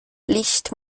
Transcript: licht